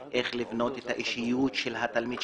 איך לבנות את האישיות של התלמיד,